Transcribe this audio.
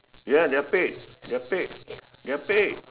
ya they are paid they're paid they're paid they're paid